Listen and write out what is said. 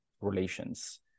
relations